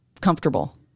comfortable